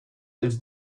it’s